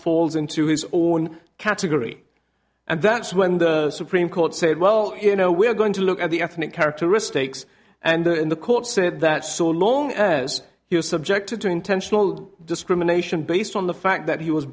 falls into his own category and that's when the supreme court said well you know we're going to look at the ethnic characteristics and in the court said that saw long as he was subjected to intentional discrimination based on the fact that he was